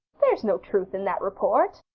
there is no truth in that report,